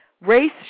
race